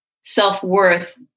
self-worth